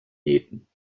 nähten